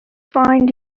fine